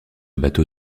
bateau